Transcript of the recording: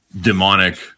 demonic